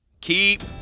keep